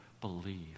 believe